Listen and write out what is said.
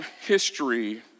history